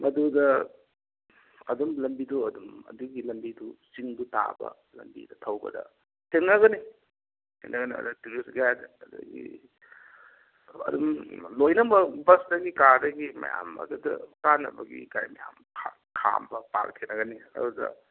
ꯃꯗꯨꯗ ꯑꯗꯨꯝ ꯂꯝꯕꯤꯗꯣ ꯑꯗꯨꯝ ꯑꯗꯨꯒꯤ ꯂꯝꯕꯤꯗꯨ ꯆꯤꯡꯗꯨ ꯇꯥꯕ ꯂꯝꯕꯤꯗ ꯊꯧꯕꯗ ꯊꯦꯡꯅꯒꯅꯤ ꯊꯦꯡꯅꯔꯅꯤ ꯑꯗ ꯇꯧꯔꯤꯁ ꯒꯥꯏꯠ ꯑꯗꯒꯤ ꯑꯗꯨꯝ ꯂꯣꯏꯅꯃꯛ ꯕꯁꯇꯒꯤ ꯀꯥꯔꯗꯒꯤ ꯃꯌꯥꯝ ꯑꯗꯨꯗ ꯀꯥꯅꯕꯒꯤ ꯒꯥꯔꯤ ꯃꯌꯥꯝ ꯈꯥꯝꯕ ꯄꯥꯔꯛ ꯊꯦꯡꯅꯒꯅꯤ ꯑꯗꯨꯗ